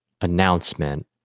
announcement